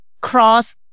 cross